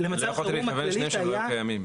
לא יכולת להתכוון כשהם לא קיימים.